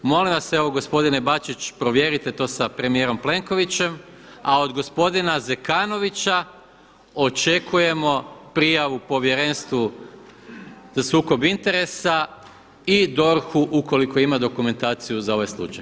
Molim vas evo gospodine Bačić provjerite to sa premijerom Plenkovićem, a od gospodina Zekanovića očekujemo prijavu Povjerenstvu za sukob interesa i DORH-u ukoliko ima dokumentaciju za ovaj slučaj.